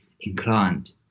inclined